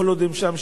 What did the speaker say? כל עוד הם שם,